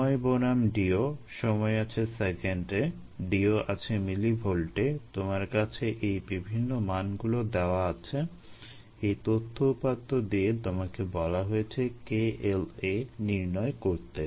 সময় বনাম DO সময় আছে সেকেন্ডে DO আছে মিলিভোল্টে তোমার কাছে এই বিভিন্ন মানগুলো দেওয়া আছে এই তথ্য উপাত্ত দিয়ে তোমাকে বলা হয়েছে K L a নির্ণয় করতে